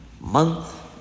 month